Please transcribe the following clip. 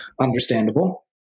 Understandable